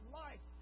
life